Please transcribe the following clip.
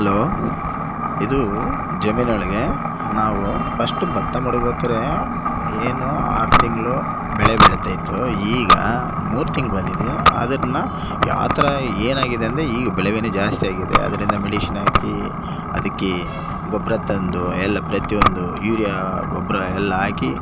hello ಇದು ಜಮೀನೊಳಗೆ ನಾವು ಫಸ್ಟು ಭತ್ತ ಮಡಗ್ಬೇಕಾರೆ ಏನು ಆರು ತಿಂಗಳು ಬೆಳೆ ಬೆಳೆತೈತು ಈಗ ಮೂರು ತಿಂಗ್ಳು ಬಂದಿದೆ ಅದನ್ನು ಆ ಥರ ಏನಾಗಿದೆ ಅಂದೆ ಈಗ ಬೆಳೆಬೇನೆ ಜಾಸ್ತಿ ಆಗಿದೆ ಅದರಿಂದ ಮೆಡಿಷನ್ ಹಾಕಿ ಅದಕ್ಕೆ ಗೊಬ್ಬರ ತಂದು ಎಲ್ಲ ಪ್ರತಿಯೊಂದು ಯೂರಿಯಾ ಗೊಬ್ಬರ ಎಲ್ಲ ಹಾಕಿ